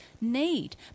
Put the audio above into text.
need